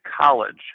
college